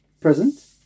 present